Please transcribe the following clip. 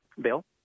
Bill